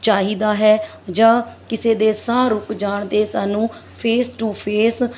ਚਾਹੀਦਾ ਹੈ ਜਾਂ ਕਿਸੇ ਦੇ ਸਾਹ ਰੁੱਕ ਜਾਣ 'ਤੇ ਸਾਨੂੰ ਫੇਸ ਟੂ ਫੇਸ